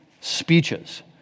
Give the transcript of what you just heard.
speeches